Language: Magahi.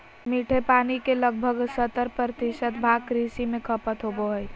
मीठे पानी के लगभग सत्तर प्रतिशत भाग कृषि में खपत होबो हइ